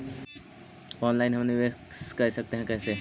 Online हम निवेश कर सकते है, कैसे?